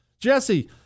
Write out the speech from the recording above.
Jesse